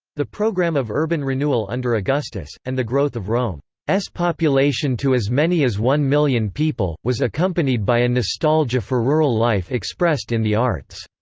the programme of urban renewal under augustus, and the growth of rome's population to as many as one million people, was accompanied by a nostalgia for rural life expressed in the arts.